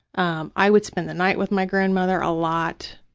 um i would spend the night with my grandmother a lot.